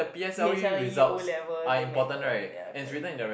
p_s_l_e O-level then matter what ya correct